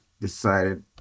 decided